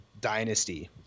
dynasty